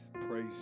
Praise